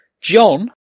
John